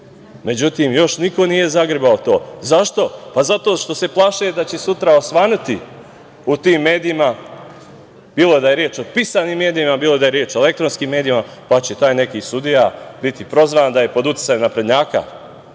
valjan.Međutim, još niko nije zagrebao to. Zašto? Zato što se plaše da će sutra osvanuti u tim medijima, bilo da je reč o pisanim medijima, bilo da je reč o elektronskim medijima, pa će taj neki sudija biti prozvan da je pod uticajem naprednjaka.